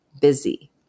busy